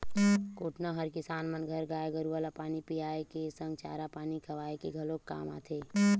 कोटना हर किसान मन घर गाय गरुवा ल पानी पियाए के संग चारा पानी खवाए के घलोक काम आथे